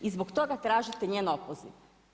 I zbog toga tražite njen opoziv.